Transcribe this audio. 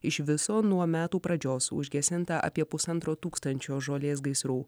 iš viso nuo metų pradžios užgesinta apie pusantro tūkstančio žolės gaisrų